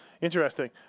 Interesting